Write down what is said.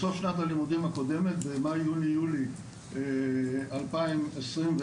בסוף שנת הלימודים הקודמת, במאי, יוני, יולי 2021,